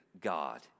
God